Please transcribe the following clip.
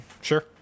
Sure